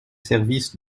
services